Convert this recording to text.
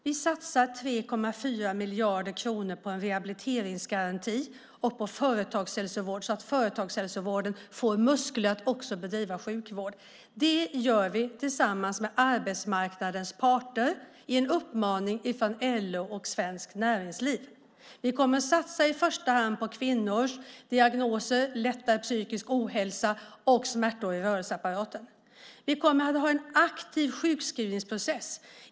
Vi satsar 3,4 miljarder kronor på en rehabiliteringsgaranti och på företagshälsovård så att företagshälsovården får muskler att också bedriva sjukvård. Det gör vi tillsammans med arbetsmarknadens parter efter en uppmaning från LO och Svenskt Näringsliv. Vi kommer att i första hand satsa på kvinnors diagnoser, lättare psykisk ohälsa och smärtor i rörelseapparaten. Vi kommer att ha en aktiv sjukskrivningsprocess.